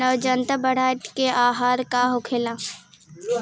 नवजात बछड़ा के आहार का होखे?